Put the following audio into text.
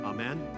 Amen